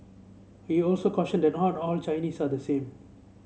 he also cautioned that not all Chinese are the same